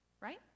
right